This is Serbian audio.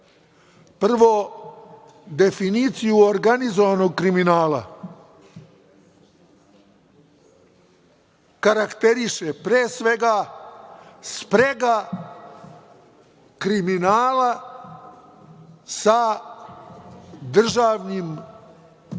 Prvo, definiciju organizovanog kriminala karakteriše, pre svega, sprega kriminala sa državnim